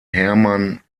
hermann